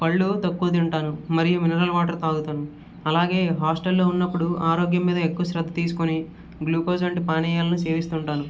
పండ్లు తక్కువ తింటాను మరియు మినరల్ వాటర్ తాగుతాను అలాగే హాస్టల్లో ఉన్నప్పుడు ఆరోగ్యం మీద ఎక్కువ శ్రద్ధ తీసుకుని గ్లూకోజ్ లాంటి పానీయాలను సేవిస్తూ ఉంటాను